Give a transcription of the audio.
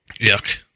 Yuck